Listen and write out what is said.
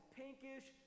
pinkish